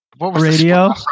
Radio